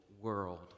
world